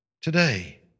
today